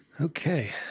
Okay